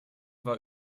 war